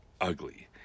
ugly